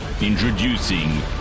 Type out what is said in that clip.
Introducing